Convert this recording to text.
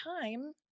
time